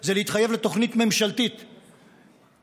הוא להתחייב לתוכנית ממשלתית משמעותית,